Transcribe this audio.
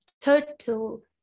Total